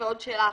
עוד שאלה אחת.